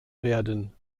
werden